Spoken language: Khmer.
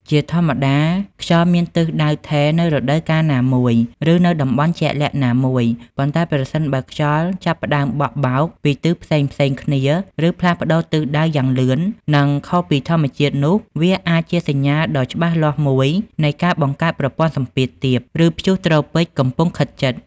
ជាធម្មតា ខ្យល់មានទិសដៅថេរនៅរដូវកាលណាមួយ ឬនៅតំបន់ជាក់លាក់ណាមួយ ប៉ុន្តែប្រសិនបើខ្យល់ចាប់ផ្តើមបក់បោកពីទិសផ្សេងៗគ្នាឬផ្លាស់ប្តូរទិសដៅយ៉ាងលឿន និងខុសពីធម្មតានោះវាអាចជាសញ្ញាដ៏ច្បាស់លាស់មួយនៃការបង្កើតប្រព័ន្ធសម្ពាធទាប ឬព្យុះត្រូពិចកំពុងខិតជិត។